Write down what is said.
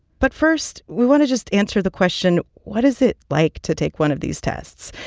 but first, we want to just answer the question, what is it like to take one of these tests?